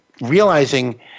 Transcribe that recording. realizing